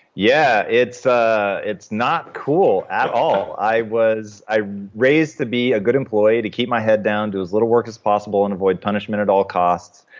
yeah. it's ah it's not cool at all. i was raised to be a good employee, to keep my head down, do as little work as possible, and avoid punishment at all costs.